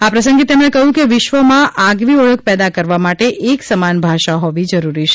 આ પ્રસંગે તેમણે કહ્યું કે વિશ્વમાં આગવી ઓળખ પેદા કરવા માટે એક સમાન ભાષા હોવી જરૂરી છે